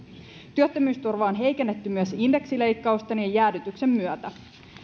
työttömyysturvaa on heikennetty myös indeksileikkausten ja jäädytyksen myötä